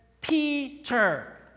peter